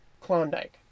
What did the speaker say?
Klondike